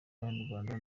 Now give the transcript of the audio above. abanyarwanda